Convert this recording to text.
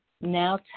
Now